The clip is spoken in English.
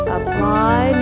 Apply